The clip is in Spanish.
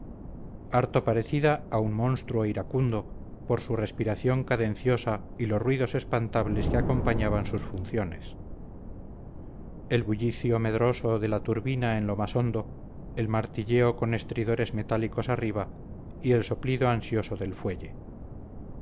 harto parecida a un monstruo iracundo por su respiración cadenciosa y los ruidos espantables que acompañaban sus funciones el bullicio medroso de la turbina en lo más hondo el martilleo con estridores metálicos arriba y el soplido ansioso del fuelle